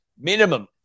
minimum